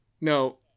No